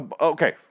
Okay